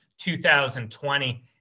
2020